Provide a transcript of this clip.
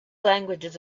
languages